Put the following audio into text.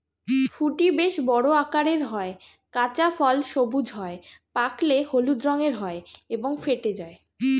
ফুটি বেশ বড় আকারের হয়, কাঁচা ফল সবুজ হয়, পাকলে হলুদ রঙের হয় এবং ফেটে যায়